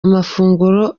amafunguro